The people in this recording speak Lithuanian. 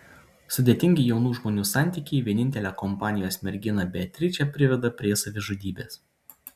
sudėtingi jaunų žmonių santykiai vienintelę kompanijos merginą beatričę priveda prie savižudybės